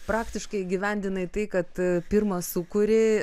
praktiškai įgyvendinai tai kad pirma sukuri